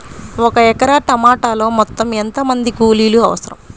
ఒక ఎకరా టమాటలో మొత్తం ఎంత మంది కూలీలు అవసరం?